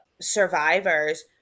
survivors